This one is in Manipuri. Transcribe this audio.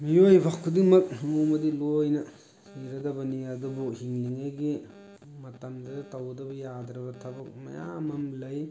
ꯃꯤꯑꯣꯏꯕ ꯈꯨꯗꯤꯡꯃꯛ ꯅꯣꯡꯃꯗꯤ ꯂꯣꯏꯅ ꯁꯤꯔꯗꯕꯅꯤ ꯑꯗꯨꯕꯨ ꯍꯤꯡꯂꯤꯉꯩꯒꯤ ꯃꯇꯝꯗ ꯇꯧꯗꯕ ꯌꯥꯗ꯭ꯔꯕ ꯊꯕꯛ ꯃꯌꯥꯝ ꯑꯃ ꯂꯩ